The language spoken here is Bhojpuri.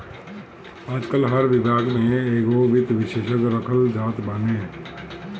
आजकाल हर विभाग में एगो वित्त विशेषज्ञ रखल जात बाने